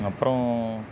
அப்புறம்